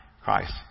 Christ